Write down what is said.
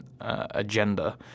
agenda